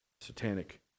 satanic